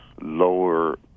lower